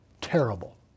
terrible